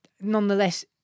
nonetheless